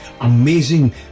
amazing